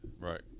Right